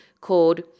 called